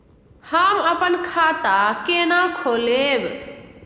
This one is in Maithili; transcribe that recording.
हम अपन खाता केना खोलैब?